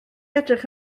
edrych